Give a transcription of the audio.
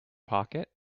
pocket